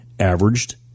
Averaged